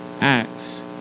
Acts